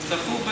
זכו,